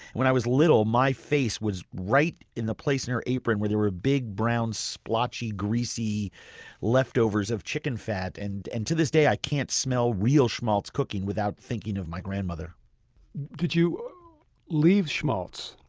when i was little, my face was right in the place in her apron where there were big, brown, splotchy, greasy leftovers of chicken fat. and and to this day i can't smell real schmaltz cooking without thinking of my grandmother did you leave schmaltz,